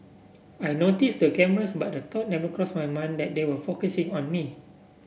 I noticed the cameras but the thought never crossed my mind that they were focusing on me